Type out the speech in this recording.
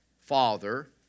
Father